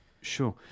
sure